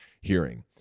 hearing